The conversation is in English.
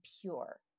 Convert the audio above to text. pure